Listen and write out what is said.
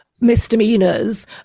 misdemeanors